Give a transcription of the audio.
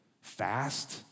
fast